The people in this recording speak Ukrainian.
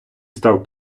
став